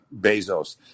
Bezos